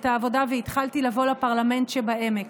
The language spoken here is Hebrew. העבודה והתחלתי לבוא לפרלמנט שבעמק.